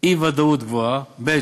אי-ודאות גבוהה, ב.